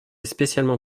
spécialement